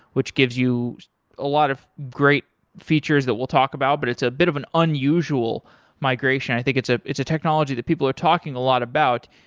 which gives you a lot of great features that we'll talk about, but it's a bit of a and usual migration. i think it's a it's a technology that people are talking a lot about.